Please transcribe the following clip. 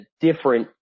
different